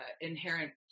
inherent